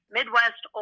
Midwest